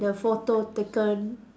the photo taken